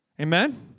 Amen